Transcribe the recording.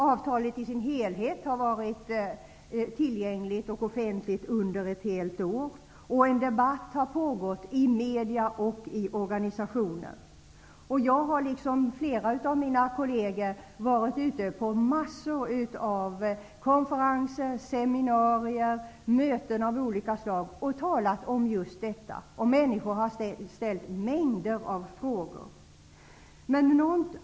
Avtalet i sin helhet har varit tillgängligt och offentligt under ett helt år. En debatt har pågått i media och i organisationer. Jag har liksom flera av mina kolleger varit ute på många konferenser, seminarier och möten av olika slag och talat om just detta. Folk har ställt mängder med frågor.